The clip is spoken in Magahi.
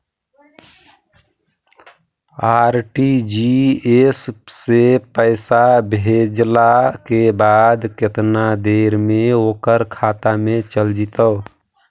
आर.टी.जी.एस से पैसा भेजला के बाद केतना देर मे ओकर खाता मे चल जितै?